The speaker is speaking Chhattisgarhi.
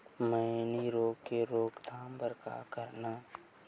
मैनी रोग के रोक थाम बर का करन?